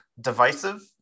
divisive